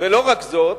ולא רק זאת,